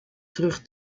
terug